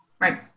Right